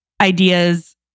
ideas